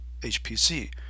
HPC